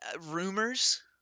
rumors